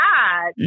God